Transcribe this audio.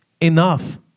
enough